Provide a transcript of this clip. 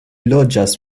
loĝas